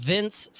Vince